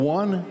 one